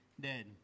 dead